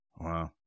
Wow